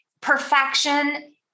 Perfection